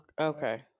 Okay